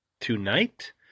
tonight